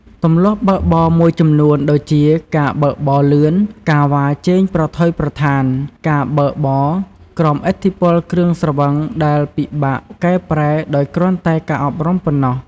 ទម្លាប់បើកបរមួយចំនួនដូចជា ការបើកបរលឿន ការវ៉ាជែងប្រថុយប្រថាន ការបើកបរក្រោមឥទ្ធិពលគ្រឿងស្រវឹងដែលពិបាកកែប្រែដោយគ្រាន់តែការអប់រំប៉ុណ្ណោះ។